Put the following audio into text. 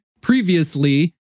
previously